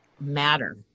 matter